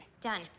Done